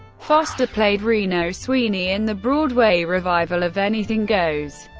foster played reno sweeney in the broadway revival of anything goes,